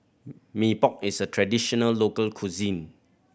Mee Pok is a traditional local cuisine